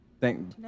thank